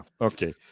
Okay